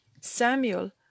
Samuel